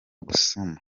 gusama